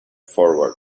forward